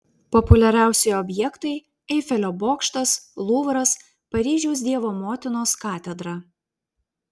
populiariausi objektai eifelio bokštas luvras paryžiaus dievo motinos katedra